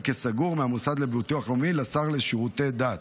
כסגור מהמוסד לביטוח לאומי לשר לשירותי דת.